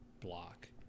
block